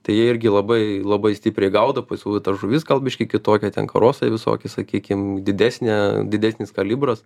tai jie irgi labai labai stipriai gaudo pas juos ta žuvis gal biškį kitokia ten karosai visoki sakykim didesnė didesnis kalibras